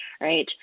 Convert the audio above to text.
right